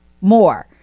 more